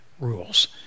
rules